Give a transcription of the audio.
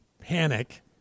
panic